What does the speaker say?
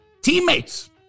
Teammates